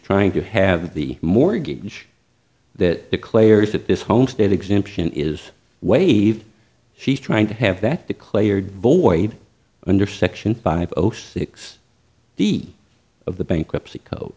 trying to have the mortgage that declares that this homestead exemption is waived she's trying to have that declared void under section five zero six deed of the bankruptcy co